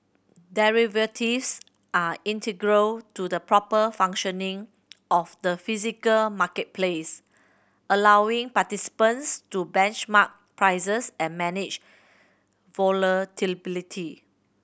derivatives are integral to the proper functioning of the physical marketplace allowing participants to benchmark prices and manage